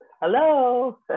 Hello